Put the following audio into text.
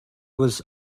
was